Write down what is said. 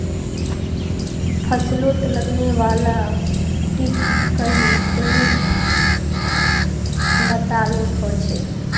फस्लोत लगने वाला कीट कई श्रेनित बताल होछे